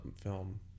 film